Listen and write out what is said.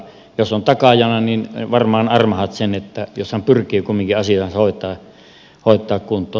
jos on takaajana niin varmaan armahdat sen jos hän pyrkii kumminkin asiansa hoitamaan kuntoon